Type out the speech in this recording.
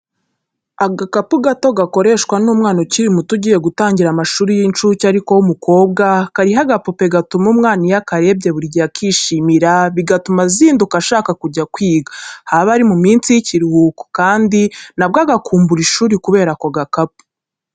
Agakapu gato gakoreshwa n'umwana ukiri muto ugiye gutangira amashuri y'incuke ariko w'umukobwa, kariho agapupe gatuma umwana iyo akarebye buri gihe akishimira bigatuma azinduka ashaka kujya kwiga, haba ari mu minsi y'ikiruhuko kandi nabwo agakumbura ishuri kubera ako gakapu.